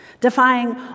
Defying